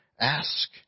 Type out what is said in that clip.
Ask